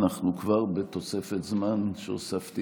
אנחנו כבר בתוספת זמן שהוספתי,